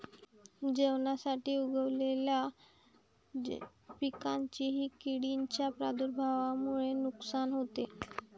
जेवणासाठी उगवलेल्या पिकांचेही किडींच्या प्रादुर्भावामुळे नुकसान होते